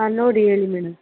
ಹಾಂ ನೋಡಿ ಹೇಳಿ ಮೇಡಮ್